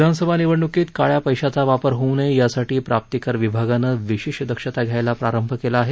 विधानसभा निवडण़कीत काळ्या पैशाचा वापर होऊ नये यासाठी प्राप्तीकर विभागाने विशेष दक्षता घेण्यास प्रारंभ केला आहे